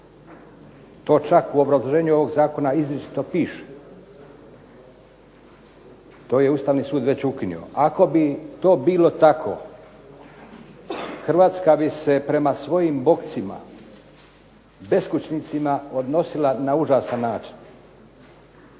To čak u obrazloženju ovog zakona izričito piše. To je Ustavni sud već ukinuo. Ako bi to bilo tako Hrvatska bi se prema svojim bokcima, beskućnicima odnosila na užasan način.